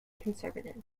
conservative